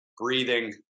breathing